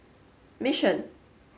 mission